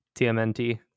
TMNT